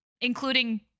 including